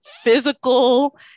physical